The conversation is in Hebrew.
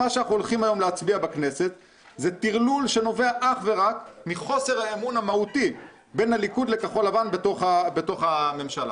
אנחנו מצביעים עכשיו על רביזיה על הסתייגות שהליכוד הגיש ומשך.